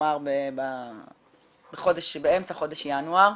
כלומר באמצע חודש ינואר,